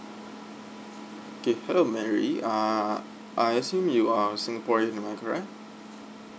okay hello mary uh I assume you are singaporean am I correct